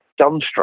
dumbstruck